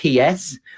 PS